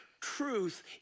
truth